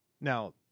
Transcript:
Now